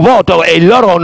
voto e con il loro